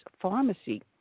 Pharmacy